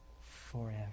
forever